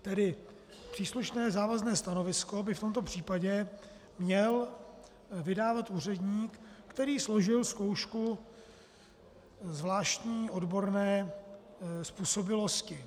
Tedy příslušné závazné stanovisko by v tomto případě měl vydávat úředník, který složil zkoušku zvláštní odborné způsobilosti.